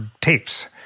Tapes